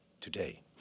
today